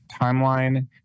timeline